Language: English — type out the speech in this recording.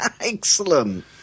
excellent